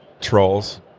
trolls